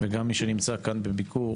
וגם מי שנמצא כאן בביקור